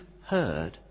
heard